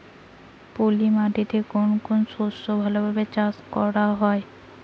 পলি মাটিতে কোন কোন শস্য ভালোভাবে চাষ করা য়ায়?